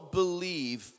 believe